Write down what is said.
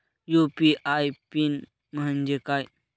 UPI PIN म्हणजे काय?